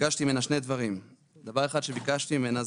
ביקשתי ממנה שני דברים: דבר אחד שביקשתי ממנה,